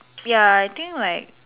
ya I think like